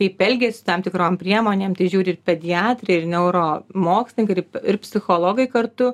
kaip elgiasi tam tikrom priemonėm tai žiūri ir pediatrai ir neuro mokslininkai ir psichologai kartu